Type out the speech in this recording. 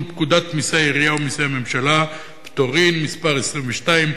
פקודת מסי העירייה ומסי הממשלה (פטורין) (מס' 22)